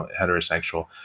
heterosexual